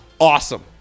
Awesome